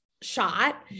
shot